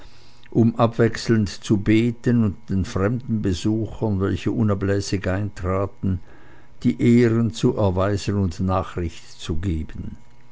um abwechselnd zu beten und den fremden besuchern welche unablässig eintraten die ehren zu erweisen und nachricht zu geben